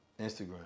Instagram